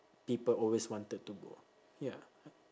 people always wanted to go ya